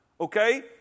Okay